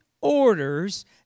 orders